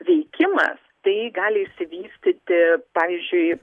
veikimas tai gali išsivystyti pavyzdžiui